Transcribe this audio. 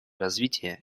развития